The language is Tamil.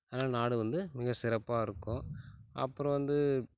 அதனால் நாடு வந்து மிகச்சிறப்பாக இருக்கும் அப்பறம் வந்து